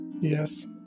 Yes